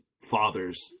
father's